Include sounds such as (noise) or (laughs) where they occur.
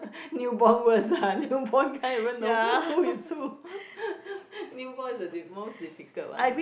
(breath) newborn worse ah newborn can't even know who is who (laughs) newborn is the m~ most difficult one